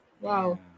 Wow